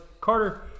Carter